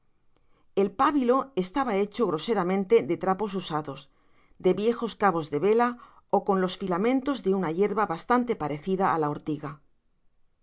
el pábilo estaba hecho groseramente de trapos usados de viejos cabos de vela ó con los filamentos de una yerba bastante parecida á la ortiga